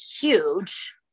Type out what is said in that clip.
huge